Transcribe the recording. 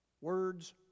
Words